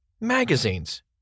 Magazines